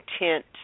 intent